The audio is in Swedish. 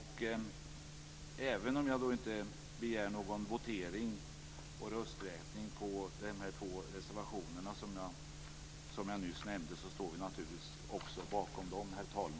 Även om jag inte begär någon votering och rösträkning när det gäller de två reservationer som jag nyss nämnde står vi naturligtvis bakom även dem.